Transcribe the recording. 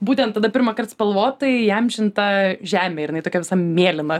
būtent tada pirmąkart spalvotai įamžinta žemė ir jinai tokia visa mėlyna